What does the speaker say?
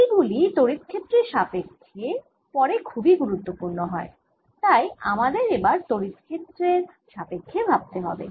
এই গুলি তড়িৎ ক্ষেত্রের সাপক্ষ্যে পরে খুব ই গুরুত্বপুর্ন হয় তাই আমাদের এবার তড়িৎ ক্ষেত্রের সাপক্ষ্যে ভাবতে হবে